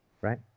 right